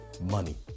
money